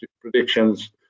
predictions